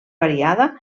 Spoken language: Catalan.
variada